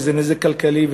וזה נזק כלכלי,